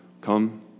come